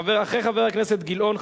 אחרי חבר הכנסת גילאון,